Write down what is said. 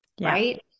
right